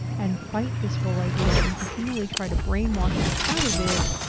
and fight this whole idea and continually try to brainwash us out of it,